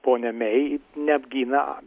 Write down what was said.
ponia mei neapgina